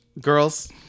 Girls